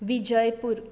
Vijaypur